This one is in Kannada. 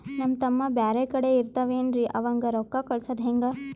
ನಮ್ ತಮ್ಮ ಬ್ಯಾರೆ ಕಡೆ ಇರತಾವೇನ್ರಿ ಅವಂಗ ರೋಕ್ಕ ಕಳಸದ ಹೆಂಗ?